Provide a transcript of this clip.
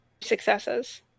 Successes